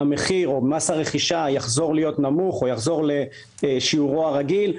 מס הרכישה יחזור לשיעורו הרגיל,